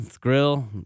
grill